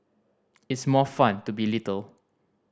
it's more fun to be little